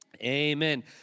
Amen